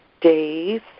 days